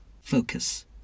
Focus